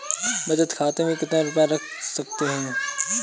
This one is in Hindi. बचत खाते में कितना रुपया रख सकते हैं?